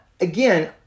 again